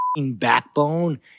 backbone